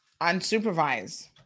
unsupervised